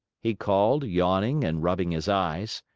he called, yawning and rubbing his eyes.